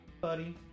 Buddy